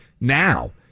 now